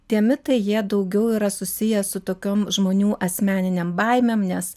tie mitai jie daugiau yra susiję su tokiom žmonių asmeniniam baimėm nes